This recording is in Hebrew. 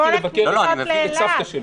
הלכתי לבקר את סבתא שלי,